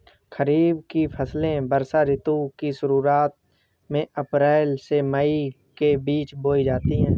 खरीफ की फसलें वर्षा ऋतु की शुरुआत में अप्रैल से मई के बीच बोई जाती हैं